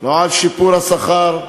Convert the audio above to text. לא על שיפור השכר,